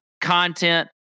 content